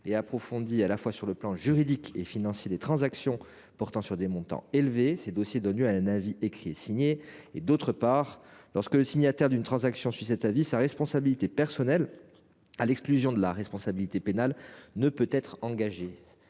et approfondie, dans les domaines à la fois juridique et financier, des transactions portant sur des montants élevés. Ces dossiers donnent lieu à un avis écrit et signé. D’autre part, lorsque le signataire d’une transaction suit cet avis, sa responsabilité personnelle, à l’exclusion de la responsabilité pénale, ne peut être engagée.